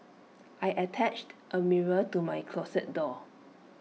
I attached A mirror to my closet door